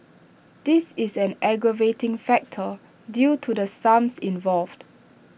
this is an aggravating factor due to the sums involved